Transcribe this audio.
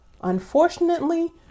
Unfortunately